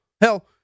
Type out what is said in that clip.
Hell